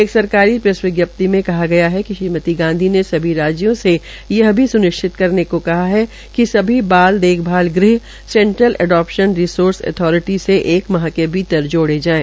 एक सरकारी प्रैस विजप्ति में कहा गया है कि श्रीमती गांधी ने सभी राज्यों से यह सुनिश्चित करने को कहा है कि बाल देखभाल ग़ह सेंट्रल एडोपशन रिसोर्सिस अथारिटी से ज्डी एक माह के भीतर जोड़ी जायें